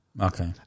Okay